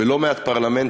בלא מעט פרלמנטים